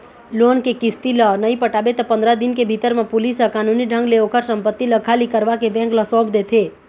loan के किस्ती ल नइ पटाबे त पंदरा दिन के भीतर म पुलिस ह कानूनी ढंग ले ओखर संपत्ति ल खाली करवाके बेंक ल सौंप देथे